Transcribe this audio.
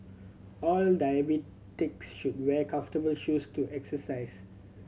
all diabetics should wear comfortable shoes to exercise